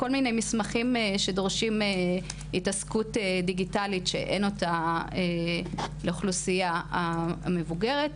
כל מיני מסמכים שדורשים התעסקות דיגיטלית שאין אותה לאוכלוסייה המבוגרת,